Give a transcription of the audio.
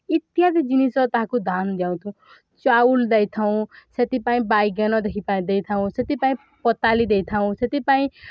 ଇତ୍ୟାଦି ଜିନିଷ ତାହାକୁ ଧାନ୍ ଚାଉଲ୍ ଦେଇଥାଉଁ ସେଥିପାଇଁ ବାଇଗନ୍ ଦେଇଥାଉଁ ସେଥିପାଇଁ ପତାଲି ଦେଇଥାଉଁ ସେଥିପାଇଁ